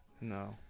No